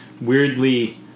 weirdly